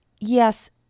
Yes